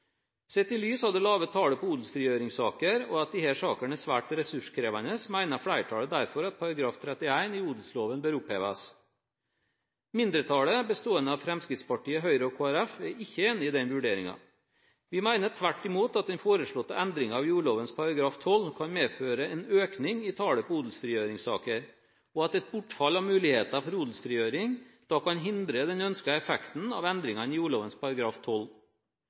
Sett i lys av det lave tallet på odelsfrigjøringssaker – og at disse sakene er svært ressurskrevende – mener flertallet derfor at § 31 i odelsloven bør oppheves. Mindretallet, bestående av Fremskrittspartiet, Høyre og Kristelig Folkeparti, er ikke enige i denne vurderingen. Vi mener tvert imot at den foreslåtte endringen av jordloven § 12 kan medføre en økning i tallet på odelsfrigjøringssaker, og at et bortfall av muligheten for odelsfrigjøring da kan hindre den ønskede effekten av endringene i